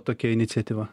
tokia iniciatyva